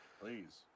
Please